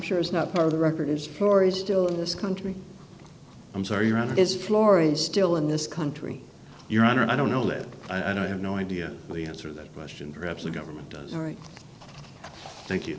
sure is not part of the record is florrie still in this country i'm sorry ron is florence still in this country your honor i don't know that i don't have no idea the answer that question perhaps the government does all right thank you